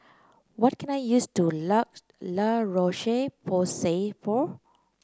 what can I use to La La Roche Porsay for